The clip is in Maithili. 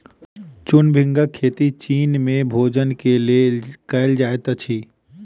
चूर्ण भृंगक खेती चीन में भोजन के लेल कयल जाइत अछि